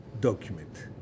document